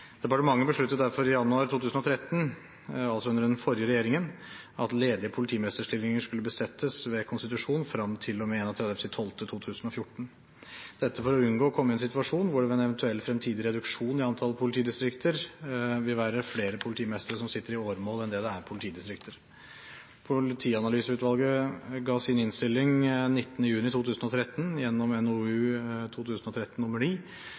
Departementet besluttet derfor i januar 2013, altså under den forrige regjeringen, at ledige politimesterstillinger skulle besettes ved konstitusjon frem til og med 31. desember 2014 – dette for å unngå å komme i en situasjon der det ved en eventuell fremtidig reduksjon i antall politidistrikter vil være flere politimestre som sitter på åremål, enn det er politidistrikter. Politianalyseutvalget ga sin innstilling 19. juni 2013 gjennom NOU 2013: